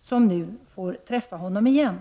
som nu får träffa honom igen.